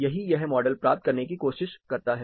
यही यह मॉडल प्राप्त करने की कोशिश करता है